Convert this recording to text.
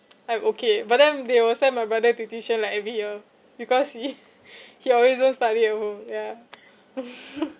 I'm okay but then they will send my brother to tuition like every year because he he always don't study at home ya